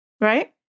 right